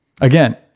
Again